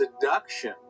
seduction